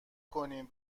کنین